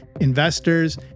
investors